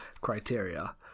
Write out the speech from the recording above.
criteria